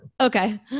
Okay